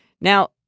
Now